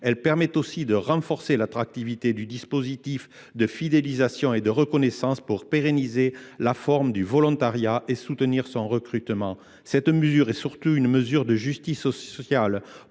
Elle permet aussi de renforcer l’attractivité du dispositif de fidélisation et de reconnaissance pour pérenniser la forme du volontariat et soutenir le recrutement. Cette mesure est surtout une mesure de justice sociale